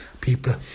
people